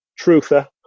truther